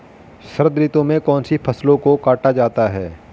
शरद ऋतु में कौन सी फसलों को काटा जाता है?